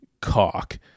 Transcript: cock